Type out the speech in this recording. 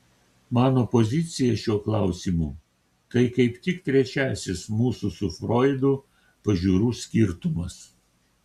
mano pozicija šiuo klausimu tai kaip tik trečiasis mūsų su froidu pažiūrų skirtumas